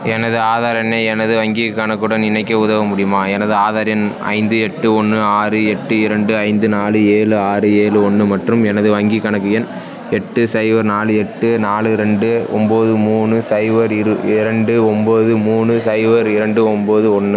எனது ஆதார் எண்ணை எனது வங்கிக் கணக்குடன் இணைக்க உதவ முடியுமா எனது ஆதார் எண் ஐந்து எட்டு ஒன்று ஆறு எட்டு இரண்டு ஐந்து நாலு ஏழு ஆறு ஏழு ஒன்று மற்றும் எனது வங்கிக் கணக்கு எண் எட்டு சைபர் நாலு எட்டு நாலு ரெண்டு ஒம்பது மூணு சைபர் இரு இரண்டு ஒம்பது மூணு சைபர் இரண்டு ஒம்பது ஒன்று